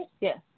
Yes